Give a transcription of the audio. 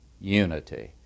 unity